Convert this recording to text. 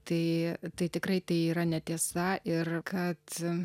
tai tai tikrai tai yra netiesa ir kad